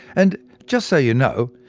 and just so you know,